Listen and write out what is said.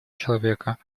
человека